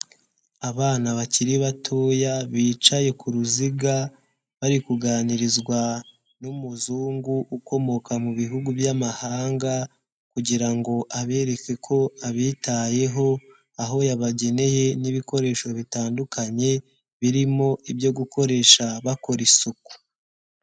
Abana bakiri batoya bicaye ku ruziga bari kuganirizwa n'umuzungu ukomoka mu bihugu by'amahanga kugira ngo abereke ko abitayeho, aho yabageneye n'ibikoresho bitandukanye, birimo ibyo gukoresha bakora isuku.